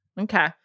Okay